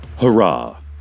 Hurrah